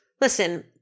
listen